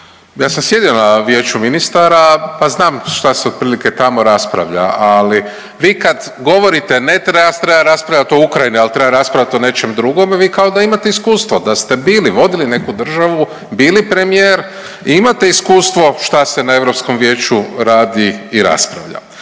ja sam sjedio na Vijeću ministara, pa znam šta se otprilike tamo raspravlja, ali vi kad govorite ne treba raspravljat o Ukrajini, al treba raspravljati o nečem drugome vi kao da imate iskustvo, da ste bili, vodili neku državu, bili premijer i imate iskustva šta se na Europskom vijeću radi i raspravlja.